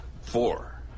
four